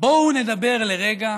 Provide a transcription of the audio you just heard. בואו נדבר לרגע